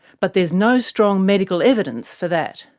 but there's no strong medical evidence for that.